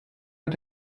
mit